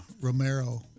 Romero